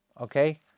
Okay